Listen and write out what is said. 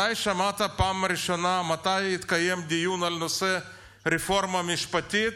מתי שמעת בפעם הראשונה מתי יתקיים דיון על נושא הרפורמה המשפטית?